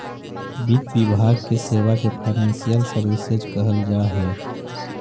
वित्त विभाग के सेवा के फाइनेंशियल सर्विसेज कहल जा हई